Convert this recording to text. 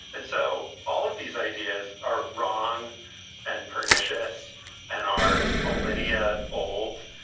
and so all of these ideas are wrong and pernicious and are millennia old.